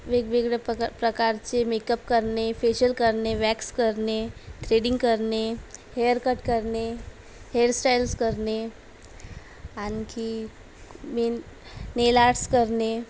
वेगवेगळं प्रक प्रकारचे मेकअप करणे फेशल करणे वॅक्स करणे थ्रेडिंग करणे हेअर कट करणे हेअर स्टाईल्स करणे आणखी मी नेल आर्ट्स करणे